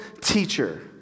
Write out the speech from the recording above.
teacher